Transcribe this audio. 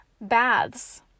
Baths